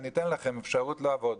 יקבלו אפשרות לעבוד,